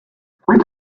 what